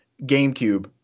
GameCube